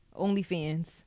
OnlyFans